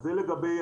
זה לגבי